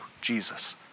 Jesus